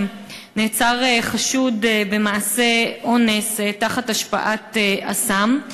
נעצר חשוד במעשה אונס תחת השפעת הסם,